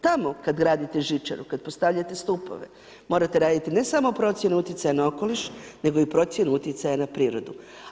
Tamo kada gradite žičaru, kada postavljate stupove morate raditi ne samo procjenu utjecaja na okoliš nego i procjenu utjecaja na prirodu.